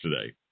today